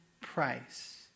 price